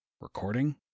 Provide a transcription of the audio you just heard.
Recording